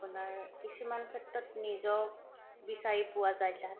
আপোনাৰ কিছুমান ক্ষেত্ৰত নিজক বিচাৰি পোৱা যায় তাত